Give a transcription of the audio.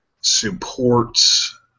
supports